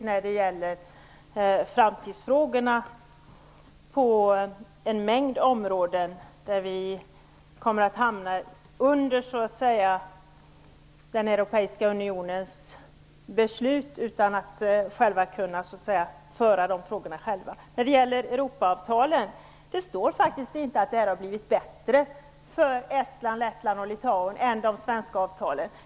När det gäller framtidsfrågorna kommer vi i Sverige på en mängd områden att hamna under den europeiska unionens beslut, utan att själva kunna driva frågorna. Det står faktiskt inte att Estlands, Lettlands och Litauens Europaavtal är bättre än det svenska avtalet.